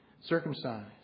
circumcised